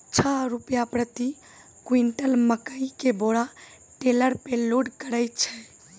छह रु प्रति क्विंटल मकई के बोरा टेलर पे लोड करे छैय?